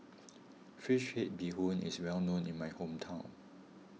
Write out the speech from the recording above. Fish Head Bee Hoon is well known in my hometown